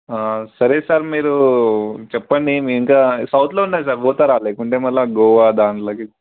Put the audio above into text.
సరే సార్ మీరు చెప్పండి మీరు ఇంకా సౌత్లో ఉన్నాయి సార్ పోతారా లేకుంటే మళ్ళీ గోవా దాంట్లోకి